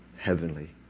Heavenly